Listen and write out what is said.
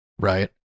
right